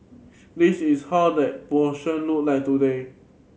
this is how that portion look like today